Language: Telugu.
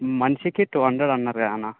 మనిషికి టూ హండ్రడ్ అన్నారు కదన్న